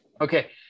Okay